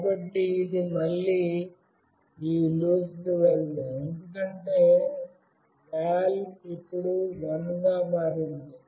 కాబట్టి ఇది మళ్ళీ ఈ లూప్కు వెళ్ళదు ఎందుకంటే "val" ఇప్పుడు 1 గా మారింది